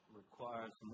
requires